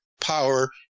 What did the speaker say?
power